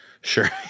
Sure